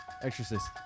Exorcist